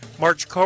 March